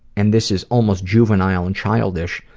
and this is almost juvenile and childish,